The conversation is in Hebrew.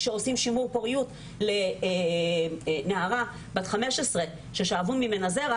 כשעושים שימור פוריות לנערה בת 15 ששאבו ממנה זרע